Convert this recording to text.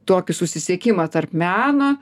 tokį susisiekimą tarp meno